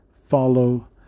Follow